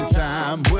time